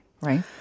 right